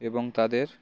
এবং তাদের